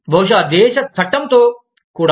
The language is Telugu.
బహుశా దేశ చట్టంతో కూడా